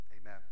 Amen